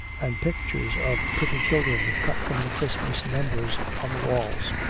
and pictures of pretty children, cut from the christmas numbers, on the walls.